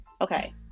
Okay